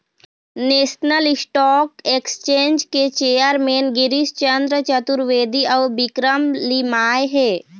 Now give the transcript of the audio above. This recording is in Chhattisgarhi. नेशनल स्टॉक एक्सचेंज के चेयरमेन गिरीस चंद्र चतुर्वेदी अउ विक्रम लिमाय हे